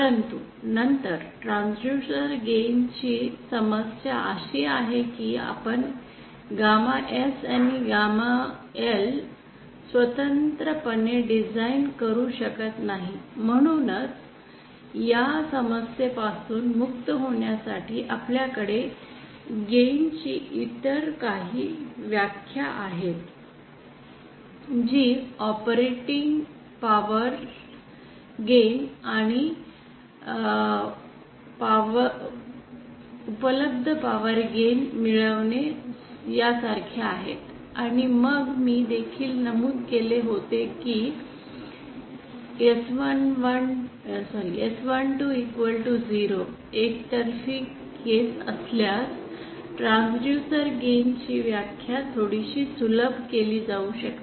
परंतु नंतर transducer gain ची समस्या अशी आहे की आपण गॅमा S आणि गॅमा L स्वतंत्रपणे डिझाइन करू शकत नाही म्हणूनच या समस्येपासून मुक्त होण्यासाठी आपल्याकडे गेन ची इतर काही व्याख्या आहेत जी ऑपरेटिंग पॉवर गेन आणि उपलब्ध पॉवर गेन मिळविणे यासारख्या आहेत आणि मग मी देखील नमूद केले होते की S120 एकतर्फी केस असल्यास ट्रांसड्यूसर गेन ची व्याख्या थोडीशी सुलभ केली जाऊ शकते